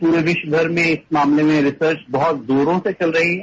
पूरे विश्वभर में इस मामले में रिसर्च बहत जोरों से चल रही है